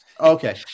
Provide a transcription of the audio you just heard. Okay